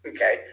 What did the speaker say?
Okay